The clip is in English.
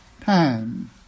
time